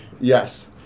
Yes